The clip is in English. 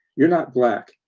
you're not black.